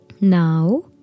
Now